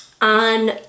on